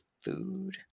food